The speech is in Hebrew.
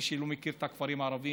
מי שלא מכיר את הכפרים הערביים,